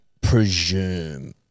presume